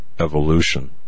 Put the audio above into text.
evolution